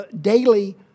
Daily